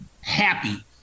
happy